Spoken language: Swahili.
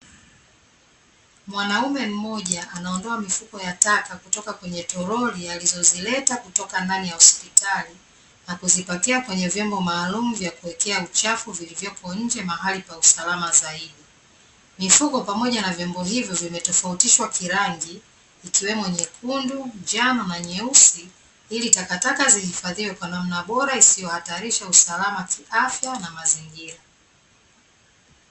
Mwanaume mmoja anaondoa mifuko ya taka kutoka kwenye toroli, alizozileta kutoka ndani ya hospitali, na kuzipakia kwenye vyombo maalumu vya kuwekea uchafu vilivyoko nje mahali pa usalama zaidi. Mifuko pamoja na vyombo hivyo vimetofautishwa kirangi, ikiwemo nyekundu, njano na nyeusi, ili takataka zihifadhiwe na namna bora, isiyohatarisha usalama kiafya na mazingira.